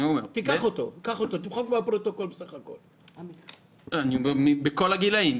ילדים בכל הגילאים.